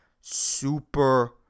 Super